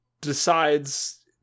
decides